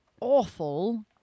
awful